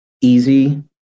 easy